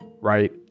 right